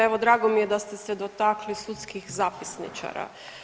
Evo drago mi je da ste dotakli sudskih zapisničara.